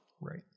Right